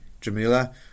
Jamila